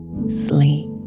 Sleep